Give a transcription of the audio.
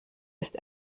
ist